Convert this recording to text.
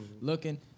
looking